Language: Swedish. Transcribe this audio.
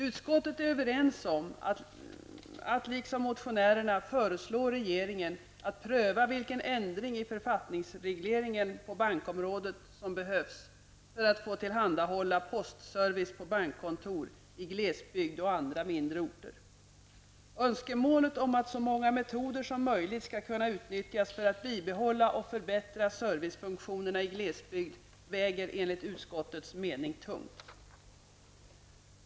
Utskottet är enigt om att liksom motionärerna föreslå regeringen att pröva vilken ändring i författningsregleringen på bankområdet som behövs för att få tillhandahålla postservice på bankkontor i glesbygd och andra mindre orter. Önskemålet om att så många metoder som möjligt skall kunna utnyttjas för att bibehålla och förbättra servicefunktionerna i glesbygd väger enligt utskottets mening tungt.